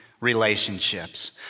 relationships